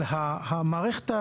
אבל המערכת,